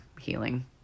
healing